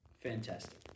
fantastic